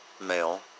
male